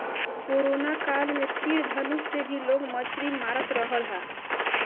corona काल में तीर धनुष से भी लोग मछली मारत रहल हा